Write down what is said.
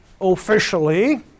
officially